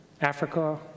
Africa